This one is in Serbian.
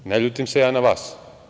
Ne ljutim se ja na vas.